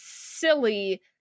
silly